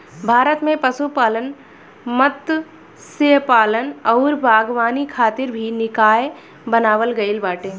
भारत में पशुपालन, मत्स्यपालन अउरी बागवानी खातिर भी निकाय बनावल गईल बाटे